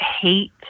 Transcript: hate